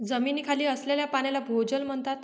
जमिनीखाली असलेल्या पाण्याला भोजल म्हणतात